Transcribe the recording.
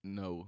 no